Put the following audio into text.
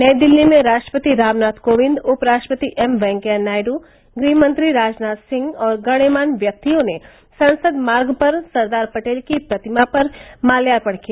नई दिल्ली में राष्ट्रपति रामनाथ कोविंद उपराष्ट्रपति एम वैंकैया नायड् गृहमंत्री राजनाथ सिंह और गणमान्य व्यक्तियों ने संसद मार्ग पर सरदार पटेल की प्रतिमा पर मात्यार्पण किया